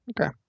okay